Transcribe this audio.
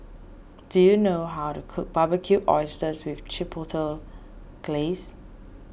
do you know how to cook Barbecued Oysters with Chipotle Glaze